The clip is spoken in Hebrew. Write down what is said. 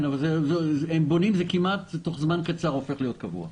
הם בונים, תוך זמן קצר זה יהפוך להיות קבוע.